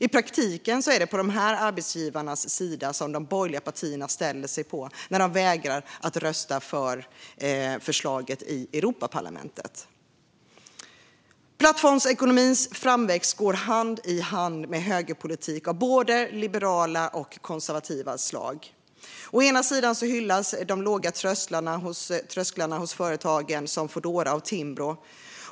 I praktiken är det på dessa arbetsgivares sida som de borgerliga partierna ställer sig när de vägrar rösta för förslaget i Europaparlamentet. Plattformsekonomins framväxt går hand i hand med högerpolitik av både det liberala och det konservativa slaget. Å ena sidan hyllas de låga trösklarna hos företag som Foodora av Timbro.